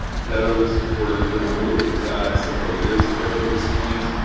those were removed several years ago at this point.